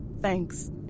thanks